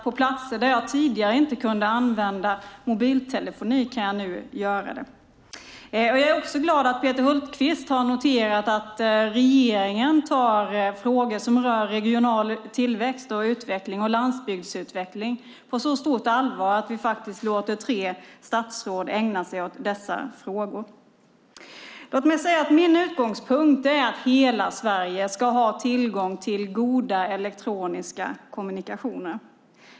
På platser där jag tidigare inte kunde använda mobiltelefoni kan jag nu göra det. Jag är glad över att Peter Hultqvist har noterat att regeringen tar frågor som rör regional tillväxt, utveckling och landsbygdsutveckling på så stort allvar att man låter tre statsråd ägna sig åt dessa frågor. Min utgångspunkt är att hela Sverige ska ha tillgång till goda elektroniska kommunikationer.